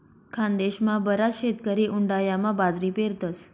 खानदेशमा बराच शेतकरी उंडायामा बाजरी पेरतस